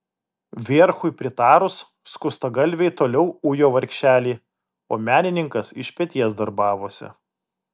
vierchui pritarus skustagalviai toliau ujo vargšelį o menininkas iš peties darbavosi